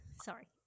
sorry